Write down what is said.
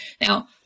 Now